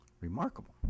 remarkable